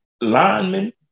linemen